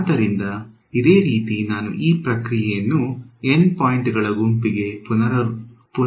ಆದ್ದರಿಂದ ಇದೇ ರೀತಿ ನಾನು ಈ ಪ್ರಕ್ರಿಯೆಯನ್ನು n ಪಾಯಿಂಟ್ಗಳ ಗುಂಪಿಗೆ ಪುನರುತ್ಪಾದಿಸಬಹುದು